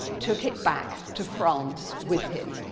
took it back to france with him,